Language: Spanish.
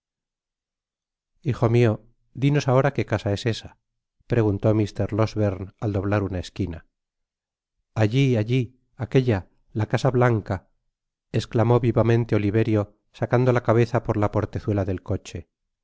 hijo mio dinos ahora que casa es esa preguntó mr losberneal doblar una esquina alli alli aquella la casa blanca esclamó vivamente oliverio sacando la cabeza por la portezuela del coche